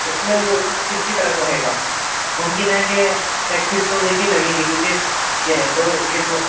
اس میں وہ کس کی طرف رہے گا ممکن ہے کہ ٹکسیز تو دیکھیے لگیں گے کیونکہ یہ ہے تو